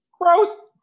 Gross